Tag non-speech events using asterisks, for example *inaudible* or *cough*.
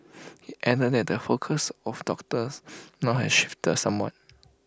*noise* he added that the focus of doctors *noise* now has shifted somewhat